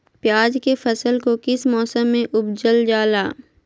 प्याज के फसल को किस मौसम में उपजल जाला?